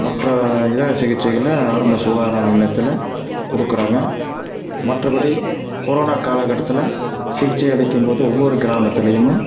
மற்ற இலவ சிகிச்சைகளை ஆரம்ப சுகாதார நிலையத்தில் கொடுக்குறாங்க மற்றபடி கொரோனா காலகட்டத்தில் சிகிச்சை அளிக்கும் போது ஒவ்வொரு கிராமத்திலயுமே